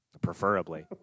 Preferably